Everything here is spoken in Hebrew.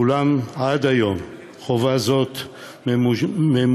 אולם עד היום חובה זאת ממומשת,